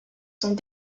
sont